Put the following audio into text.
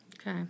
Okay